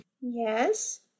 Yes